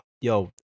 yo